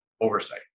oversight